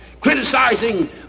criticizing